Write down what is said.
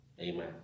Amen